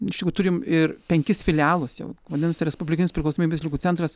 iš tikrųjų turim ir penkis filialus jau vadinasi respublikinis priklausomybės ligų centras